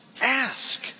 ask